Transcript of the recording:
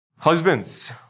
Husbands